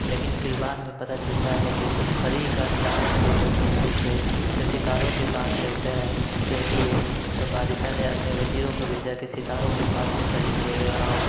لیکن پھر بعد میں پتہ چلتا ہے كہ اُس پری كا چاند سے كوئی تعلق ہے جو ستاروں کے پاس رہتا ہے رہتی ہے تو بادشاہ نے اپنے وزیروں کو بھیجا کہ ستاروں کے پاس سے پری كو لے كے آؤ